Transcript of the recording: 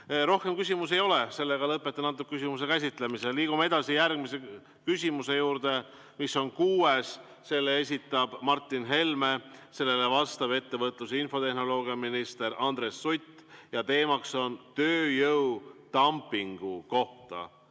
Rohkem küsimusi ei ole. Lõpetan antud küsimuse käsitlemise. Liigume edasi järgmise, kuuenda küsimuse juurde. Selle esitab Martin Helme, sellele vastab ettevõtlus- ja infotehnoloogiaminister Andres Sutt ja teemaks on tööjõu dumping. Martin